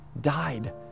died